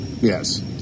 Yes